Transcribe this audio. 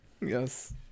Yes